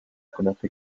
conoce